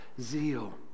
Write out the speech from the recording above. zeal